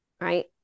right